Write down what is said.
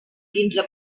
quinze